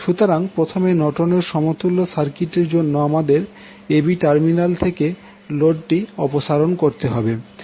সুতরাং প্রথমে নর্টনের সমতুল্য সার্কিট এর জন্য আমাদের a b টার্মিনাল থেকে লোডটি অপসারণ করতে হবে